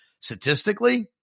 statistically